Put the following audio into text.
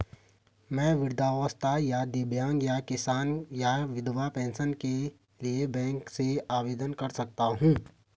मैं वृद्धावस्था या दिव्यांग या किसान या विधवा पेंशन के लिए बैंक से आवेदन कर सकता हूँ?